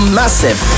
massive